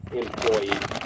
employee